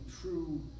true